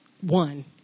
One